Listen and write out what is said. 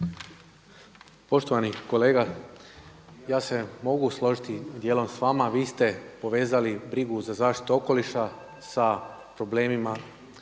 Poštovani kolega, ja se mogu složiti dijelom s vama, vi ste povezali brigu za zaštitu okoliša sa problemima